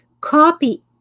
copy